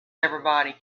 everybody